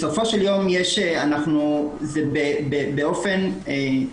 בסופו של יום זה באופן זהה.